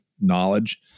knowledge